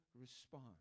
respond